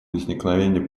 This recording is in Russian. возникновения